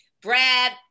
Brad